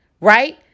Right